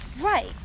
right